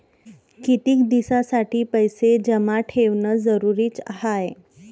कितीक दिसासाठी पैसे जमा ठेवणं जरुरीच हाय?